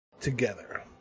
together